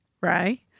right